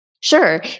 Sure